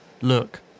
Look